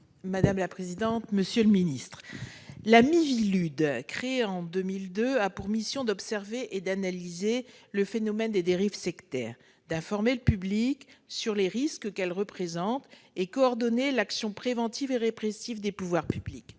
de lutte contre les dérives sectaires (Miviludes), créée en 2002, a pour mission d'observer et d'analyser le phénomène des dérives sectaires, d'informer le public sur les risques que celles-ci représentent et de coordonner l'action préventive et répressive des pouvoirs publics.